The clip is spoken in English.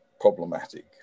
problematic